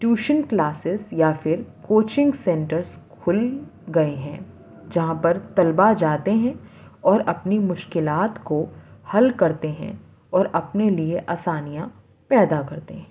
tuition classes یا پھر coaching centres کھل گئے ہیں جہاں پر طلبہ جاتے ہیں اور اپنی مشکلات کو حل کرتے ہیں اور اپنے لیے آسانیاں پیدا کرتے ہیں